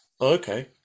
okay